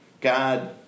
God